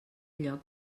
lloc